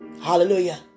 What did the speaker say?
Hallelujah